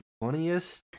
funniest